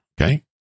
okay